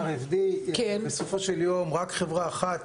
RFD בסופו של יום רק חברה אחת